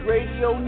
Radio